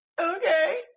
okay